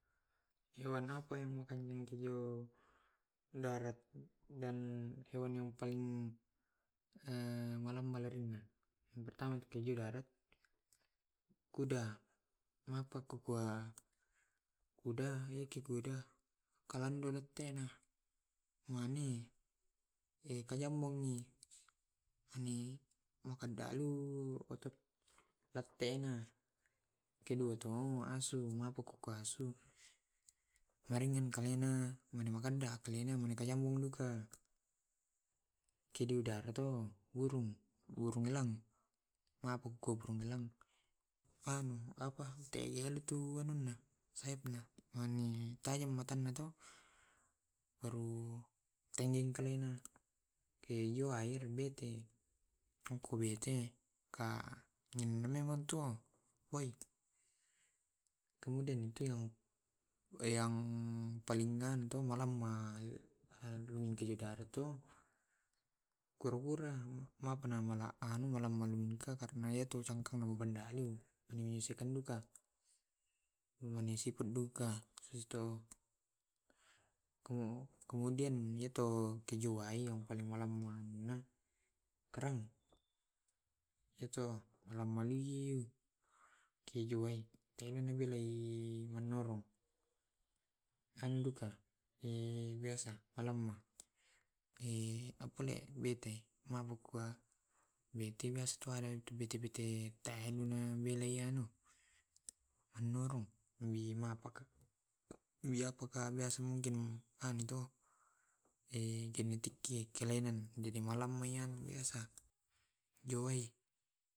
Hewan apa yang kijo darat dan hewan yang paling malamaleringna. Yang pertama tu kejo darat kuda. Napa kekua kuda karena ha ke kuda kalamo aktena. Ane hani maka dalu oto tattena. Kutoduo asu maga ku to ku asu marengen karena kedu udara to burung burung elang magu ku burung elang anu apa te'el tu nuna sayapna mane tajam matanya to baru tenggingkalena keyowae bete ku bete ka wento. Kemudian itu yang palingan malama kijo darat to kura-kura mape namalamma tu karena iyatu cangkan mai mandalu mane sipanduka. Mane sipanduka sisto kemudian yato kejo waeo paling malamana, kerang ya to malamaleu kejo wae elo uwelai manoron anduka biasa alamma apule bete mabukua bete bete bete anu na wele anu anurung wi mapakka wi apakah biasa mungkin anu to genetike kelainan jadi malawayan biasa jouwai.